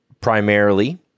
primarily